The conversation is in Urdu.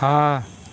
ہاں